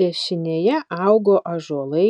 dešinėje augo ąžuolai